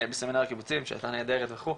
בסמינר הקיבוצים שהייתה נהדרת וכו',